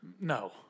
no